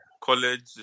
College